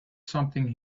something